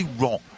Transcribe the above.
wrong